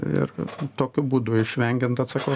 ir tokiu būdu išvengiant atsako